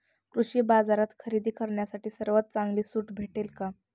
कृषी बाजारात खरेदी करण्यासाठी सर्वात चांगली सूट भेटेल का?